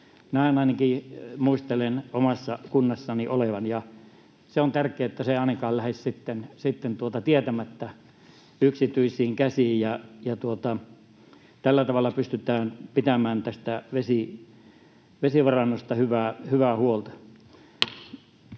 Näin ainakin muistelen omassa kunnassani olevan. On tärkeää, että se ei ainakaan lähde sitten tietämättä yksityisiin käsiin, ja tällä tavalla pystytään pitämään tästä vesivarannosta hyvää huolta.